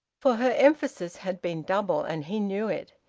for her emphasis had been double, and he knew it.